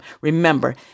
Remember